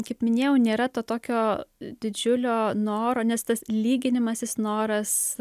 kaip minėjau nėra to tokio didžiulio noro nes tas lyginimasis noras